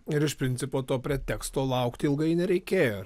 ir iš principo to preteksto laukti ilgai nereikėjo